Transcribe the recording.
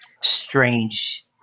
strange